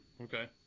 okay